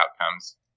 outcomes